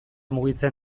mugitzen